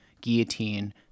guillotine